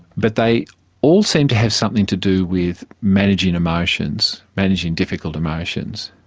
but they all seem to have something to do with managing emotions, managing difficult emotions.